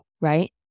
right